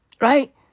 Right